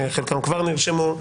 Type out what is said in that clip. חלקם כבר נרשמו,